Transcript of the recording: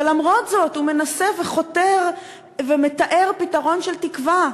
ולמרות זאת הוא מנסה וחותר ומתאר פתרון של תקווה,